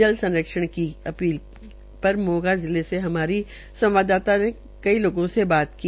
जल संरक्षण की गई अपील र मोगा जिले से हमारी संवाददाता कई लोगों से बात की